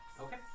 Okay